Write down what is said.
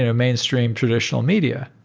and mainstream traditional media,